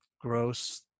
gross